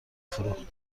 فروخت